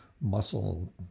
muscle